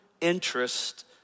interest